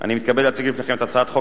אני מתכבד להציג בפניכם את הצעת חוק